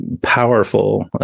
powerful